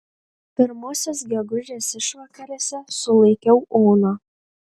pirmosios gegužės išvakarėse sulaikiau oną